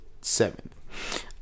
seventh